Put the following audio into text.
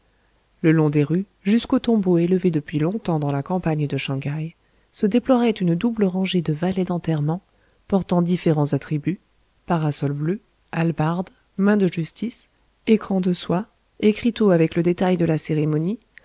le long des rues jusqu'au tombeau élevé depuis longtemps dans la campagne de shang haï se déploierait une double rangée de valets d'enterrement portant différents attributs parasols bleus hallebardes mains de justice écrans de soie écriteaux avec le détail de la cérémonie